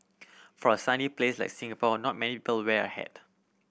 for a sunny place like Singapore not many people wear a hat